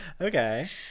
Okay